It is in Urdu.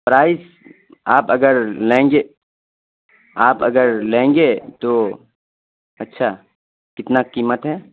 پرائس آپ اگر لیں گے آپ اگر لیں گے تو اچھا کتنا قیمت ہے